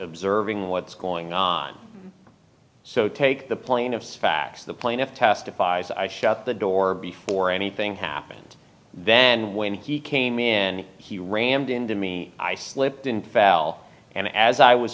observing what's going on so take the plaintiff's facts the plaintiff testifies i shut the door before anything happened then when he came in he rammed into me i slipped in fell and as i was